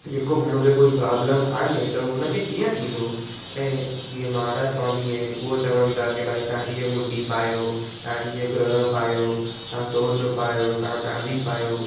जेको माण्हूअ खे कोई प्रॉब्लम कोन्हे त उहा उनखे कीअं थींदो ऐं जीअं महाराज स्वामी आहिनि उहे चवनि था की भई तव्हां ईअं मुंडी पायो तव्हां ईअं गृह पायो तव्हां सोनु पायो तव्हां चांदी पायो